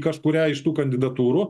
kažkurią iš tų kandidatūrų